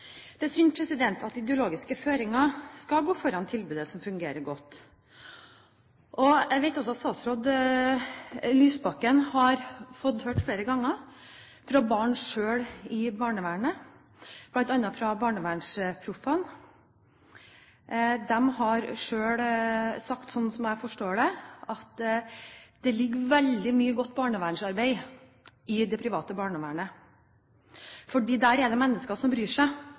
Det er synd at ideologiske føringer skal gå foran tilbud som fungerer godt. Jeg vet at statsråd Lysbakken flere ganger har fått høre fra barn i barnevernet, bl.a. i Barnevernsproffene, som – slik jeg forstår det – selv har sagt at det ligger veldig mye godt barnevernsarbeid i det private barnevernet, for der er det mennesker som bryr seg,